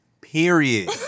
Period